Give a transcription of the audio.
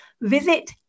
Visit